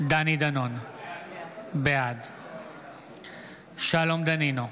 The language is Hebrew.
דני דנון, בעד שלום דנינו,